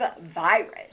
virus